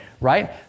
right